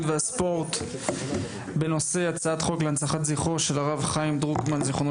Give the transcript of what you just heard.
התרבות והספורט בנושא הצעת חוק להנצחת זכרו של הרב חיים דרוקמן זצ"ל,